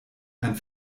ein